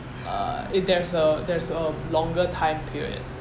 uh it there's a there's a longer time period